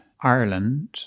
Ireland